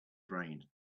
brain